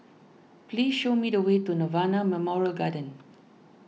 please show me the way to Nirvana Memorial Garden